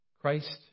Christ